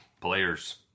Players